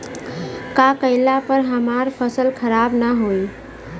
का कइला पर हमार फसल खराब ना होयी?